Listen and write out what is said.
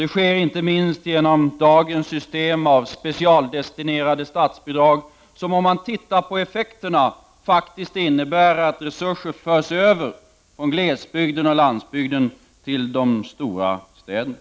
Det sker inte minst genom dagens system med specialdestinerade statsbidrag som, om man tittar på effekterna, faktiskt innebär att resurser förs över från glesbygden och landsbygden till de stora städerna.